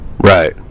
Right